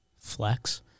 Flex